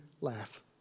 laugh